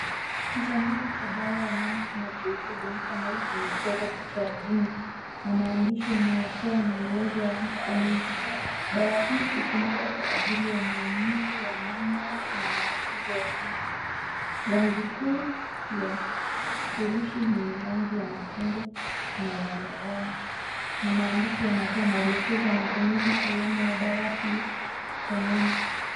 Kisanduku cha dawa ya meno kinachoitwa Dentamol kimechorwa picha ya jino na maandishi inayotia maelezo ya matumizi. Dawa hii hutumika kwa ajili ya maumivu ya meno na matatizo ya fizi. Rangi kuu ya kifurishi ni rangi ya machungwa na zambarau, na maandishi yanatoa maelekezo ya matumizi salama ya dawa hii ya meno.